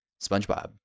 Spongebob